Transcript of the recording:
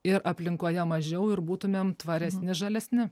ir aplinkoje mažiau ir būtumėm tvaresni žalesni